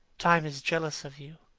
time is jealous of you,